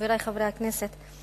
חברי חברי הכנסת,